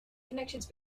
connections